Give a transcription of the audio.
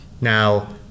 Now